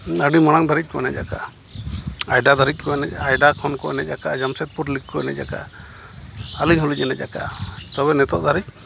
ᱟᱹᱰᱤ ᱢᱟᱲᱟᱝ ᱫᱷᱟᱹᱨᱤᱡ ᱠᱚ ᱮᱱᱮᱡ ᱠᱟᱜᱼᱟ ᱟᱭᱰᱟ ᱫᱷᱟᱹᱨᱤᱡ ᱠᱚ ᱮᱱᱮᱡ ᱟᱭᱰᱟ ᱠᱷᱚᱱ ᱠᱚ ᱮᱱᱮᱡ ᱠᱟᱜᱼᱟ ᱡᱟᱢᱥᱮᱫᱽᱯᱩᱨ ᱞᱤᱜᱽ ᱠᱚ ᱮᱱᱮᱡ ᱠᱟᱜᱼᱟ ᱟᱹᱞᱤᱧ ᱦᱚᱸᱞᱤᱧ ᱮᱱᱮᱡ ᱠᱟᱜᱼᱟ ᱛᱚᱵᱮ ᱱᱤᱛᱚᱜ ᱫᱷᱟᱹᱨᱤᱡ